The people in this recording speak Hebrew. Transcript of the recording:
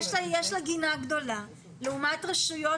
רשות שיש לה גינה גדולה לעומת רשויות